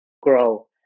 grow